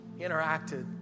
interacted